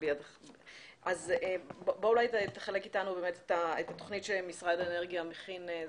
בוא אולי תחלוק איתנו באמת את התוכנית שמשרד האנרגיה מכין.